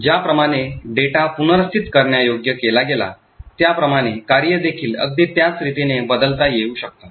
ज्याप्रमाणे डेटा पुनर्स्थित करण्यायोग्य केला गेला त्याप्रमाणे कार्ये देखील अगदी त्याच रीतीने बदलता येऊ शकतात